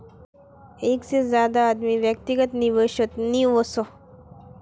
एक से ज्यादा आदमी व्यक्तिगत निवेसोत नि वोसोह